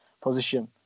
position